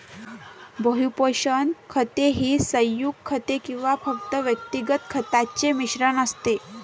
बहु पोषक खते ही संयुग खते किंवा फक्त वैयक्तिक खतांचे मिश्रण असते